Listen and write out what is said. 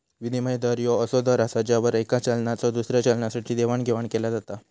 विनिमय दर ह्यो असो दर असा ज्यावर येका चलनाचा दुसऱ्या चलनासाठी देवाणघेवाण केला जाता